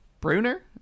Bruner